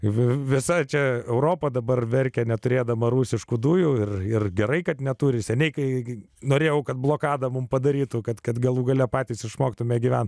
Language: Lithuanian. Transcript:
visa čia europa dabar verkia neturėdama rusiškų dujų ir ir gerai kad neturi seniai kai norėjau kad blokadą mums padarytų kad kad galų gale patys išmoktumėme gyventi